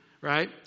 right